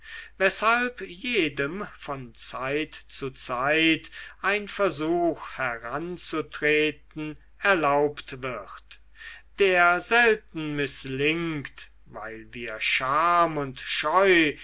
weshalb jedem von zeit zu zeit ein versuch heranzutreten erlaubt wird der selten mißlingt weil wir scham und scheu